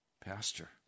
Pastor